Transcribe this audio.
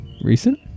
recent